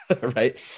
right